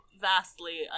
vastly